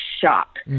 shock